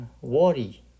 worry